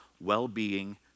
well-being